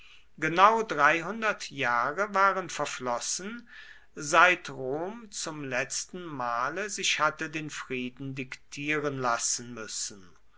genau dreihundert jahre waren verflossen seit rom zum letzten male sich hatte den frieden diktieren lassen müssen